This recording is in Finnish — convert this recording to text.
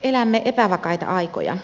elämme epävakaita aikoja